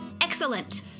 Excellent